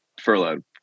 furloughed